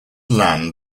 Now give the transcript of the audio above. land